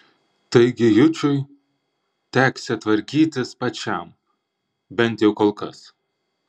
taigi jučui teksią tvarkytis pačiam bent jau kol kas